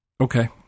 Okay